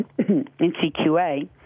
NCQA